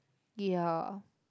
ya